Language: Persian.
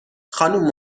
خانم